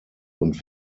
und